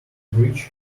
bridge